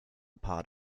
part